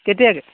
কেতিয়াকে